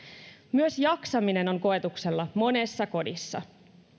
myös jaksaminen on koetuksella monessa kodissa